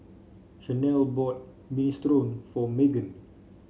Shanelle bought Minestrone for Meggan